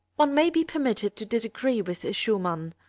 one may be permitted to disagree with schumann,